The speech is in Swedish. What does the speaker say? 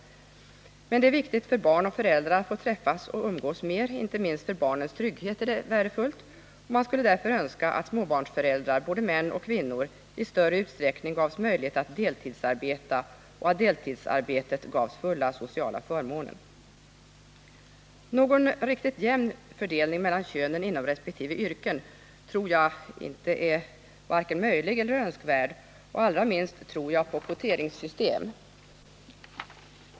Men det är viktigt för barn och föräldrar att få träffas och umgås mer. Inte minst för barnens trygghet är detta värdefullt. Man skulle därför önska, att småbarnsföräldrar — både män och kvinnor — i större utsträckning gavs möjlighet att deltidsarbeta och att deltidsarbetet gavs fulla sociala förmåner. Någon riktigt jämn fördelning mellan könen inom resp. yrken tror jag varken är möjlig eller önskvärd, och jag tvivlar starkt på de positiva effekterna av ett kvoteringssystem.